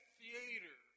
theater